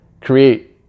create